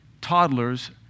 toddlers